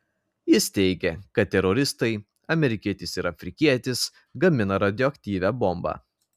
jis teigė kad teroristai amerikietis ir afrikietis gamina radioaktyvią bombą